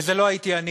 וזה לא הייתי אני